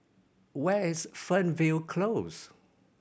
where is Fernvale Close